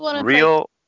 real